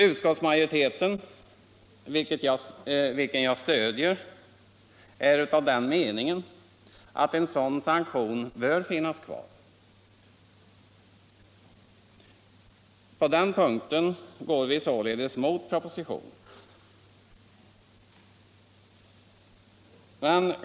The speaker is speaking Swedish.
Utskottsmajoriteten, vilken jag stödjer, är av den meningen att en sådan sanktion bör finnas kvar. På den punkten går vi således mot propositionen.